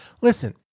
listen